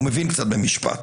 והוא מבין קצת במשפט